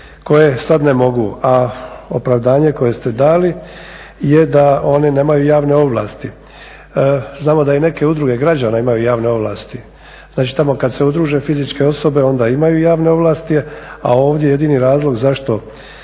koje sada ne mogu. A opravdanje koje ste dali je da one nemaju javne ovlasti. Znamo da i neke udruge građana imaju javne ovlasti. Znači tamo kada se udruže fizičke osobe onda imaju javne ovlasti a ovdje jedini razlog zašto